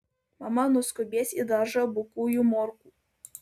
mama nuskubės į daržą bukųjų morkų